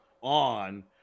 on